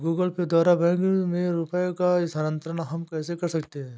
Google Pay द्वारा bank में रुपयों का स्थानांतरण हम कैसे कर सकते हैं?